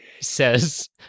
says